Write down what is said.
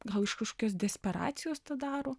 gal iš kažkokios desperacijos tą daro